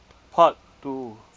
part two